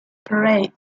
parade